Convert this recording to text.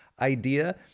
idea